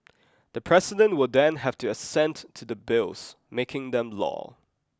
the president will then have to assent to the bills making them law